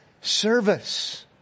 service